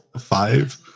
five